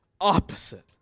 opposite